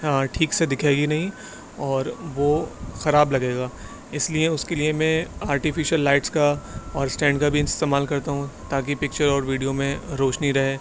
ٹھیک سے دکھے گی نہیں اور وہ خراب لگے گا اس لیے اس کے لیے میں آرٹیفیشیل لائٹس کا اور اسٹینڈ کا بھی استعمال کرتا ہوں تاکہ پکچر اور ویڈیو میں روشنی رہے